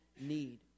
need